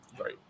Right